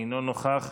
אינו נוכח.